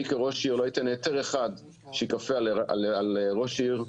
אני כראש עיר לא אתן היתר אחד שייכפה של ראש עיר,